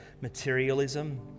materialism